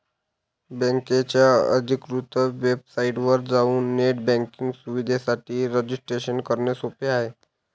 बकेच्या अधिकृत वेबसाइटवर जाऊन नेट बँकिंग सुविधेसाठी रजिस्ट्रेशन करणे सोपे आहे